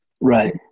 Right